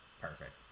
perfect